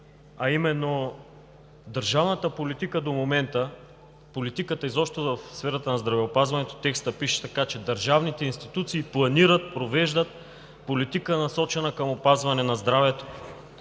промяна. Държавната политика и политиката изобщо в сферата на здравеопазването до момента е такава, че държавните институции планират и провеждат политика, насочена към опазване на здравето